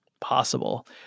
possible